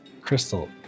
Crystal